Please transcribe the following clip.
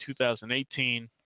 2018